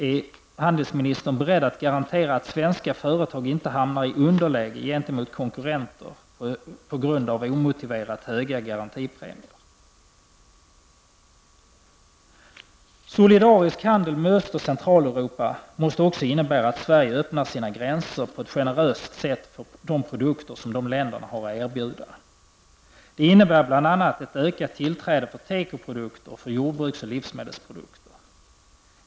Är handelsminstern beredd att garantera att svenska företag inte hamnar i underläge gentemot konkurrenter på grund av omotiverat höga garantipremier? Solidarisk handel med Öst och Centraleuropa måste också innebära att Sverige öppnar sina gränser på ett generöst sätt för de produkter som de länderna har att erbjuda. Det innebär bl.a. ökat tillträde för tekoprodukter och för jordbruks och livsmedelsprodukter.